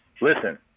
listen